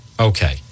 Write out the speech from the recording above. okay